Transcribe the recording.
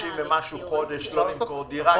שלא יהיו בחירות.